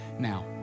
Now